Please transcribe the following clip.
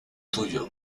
tuyo